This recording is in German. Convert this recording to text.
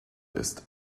ist